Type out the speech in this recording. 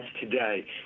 today